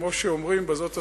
כמו שאומרים, ובזאת אסיים,